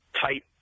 tight